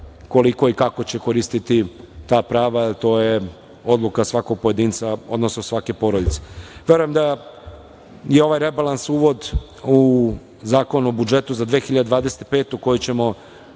koliko i kako će koristiti ta prava, to je odluka svakog pojedinca odnosno svake porodice. Verujem da je ovaj rebalans uvod u Zakon o budžetu za 2025. godinu,